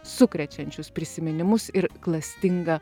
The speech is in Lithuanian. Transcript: sukrečiančius prisiminimus ir klastingą